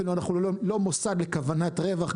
אפילו אנחנו לא מוסד לכוונת רווח.